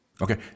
Okay